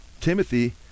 Timothy